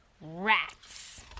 Rats